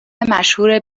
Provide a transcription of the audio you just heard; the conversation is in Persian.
مشهور